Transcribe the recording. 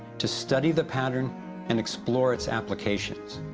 to study the pattern and explore its applications.